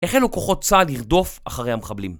החלו כוחות צהל לרדוף אחרי המחבלים